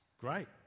great